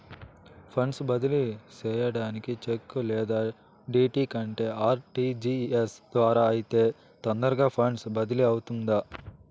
funds బదిలీ సేయడానికి చెక్కు లేదా డీ.డీ కంటే ఆర్.టి.జి.ఎస్ ద్వారా అయితే తొందరగా ఫండ్స్ బదిలీ అవుతుందా